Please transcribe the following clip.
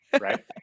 right